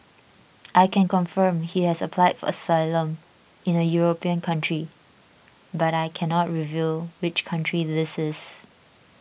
I can confirm he has applied for asylum in a European country but I cannot reveal which country this is